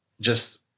just-